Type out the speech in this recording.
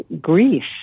grief